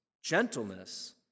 gentleness